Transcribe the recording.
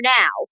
now